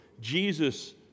jesus